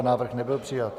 Návrh nebyl přijat.